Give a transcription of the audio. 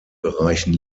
bereichen